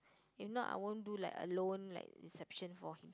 if not I won't do like a alone like reception for him